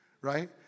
Right